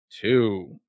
Two